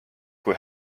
kui